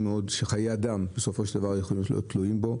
מאוד שחיי אדם יכולים להיות תלויים בהם,